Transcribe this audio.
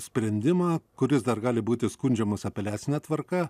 sprendimą kuris dar gali būti skundžiamas apeliacine tvarka